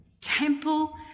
Temple